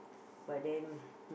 but then